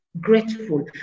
grateful